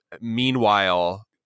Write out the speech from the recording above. Meanwhile